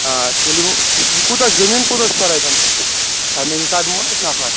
آ تیٚلہِ یہِ کوٗتاہ چھُ زٔمیٖن کوتاہ چھُ سَر اتٮ۪ن تۄہہِ تمے حساب دِمو نا أسۍ نَفَر